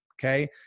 Okay